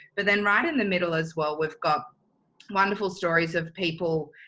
but then right in the middle as well. we've got wonderful stories of people.